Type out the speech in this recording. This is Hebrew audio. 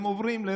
והם עוברים.